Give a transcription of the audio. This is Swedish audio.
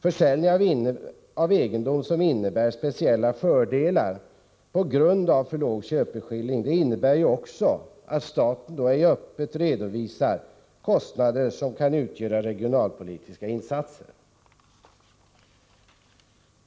Försäljning av egendom som innebär speciella fördelar på grund av för låg köpeskilling innebär ju också att staten ej öppet redovisar kostnader som kan utgöra regionalpolitiska insatser.